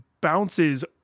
bounces